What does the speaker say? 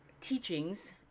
teachings